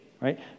Right